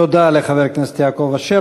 תודה לחבר הכנסת יעקב אשר.